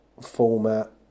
format